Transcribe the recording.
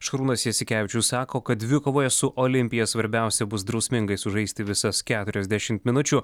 šarūnas jasikevičius sako kad dvikovoje su olimpija svarbiausia bus drausmingai sužaisti visas keturiasdešimt minučių